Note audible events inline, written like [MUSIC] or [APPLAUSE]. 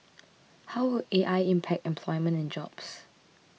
[NOISE] and how will A I impact employment and jobs